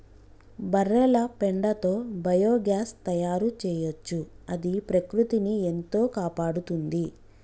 బర్రెల పెండతో బయోగ్యాస్ తయారు చేయొచ్చు అది ప్రకృతిని ఎంతో కాపాడుతుంది